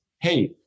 hey